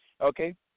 Okay